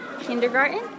Kindergarten